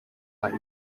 five